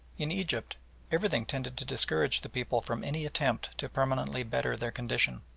in egypt everything tended to discourage the people from any attempt to permanently better their condition.